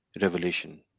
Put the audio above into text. revelation